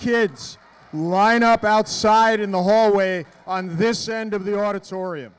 kids lined up outside in the hallway on this end of the auditorium